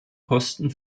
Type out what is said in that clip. kosten